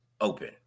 Open